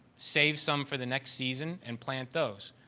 save some for the next season and plant those.